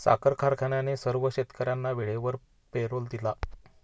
साखर कारखान्याने सर्व शेतकर्यांना वेळेवर पेरोल दिला